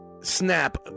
snap